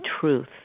truth